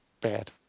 bad